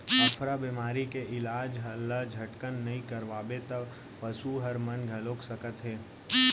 अफरा बेमारी के इलाज ल झटकन नइ करवाबे त पसू हर मन घलौ सकत हे